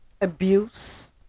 Abuse